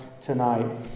tonight